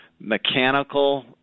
mechanical